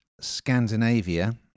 scandinavia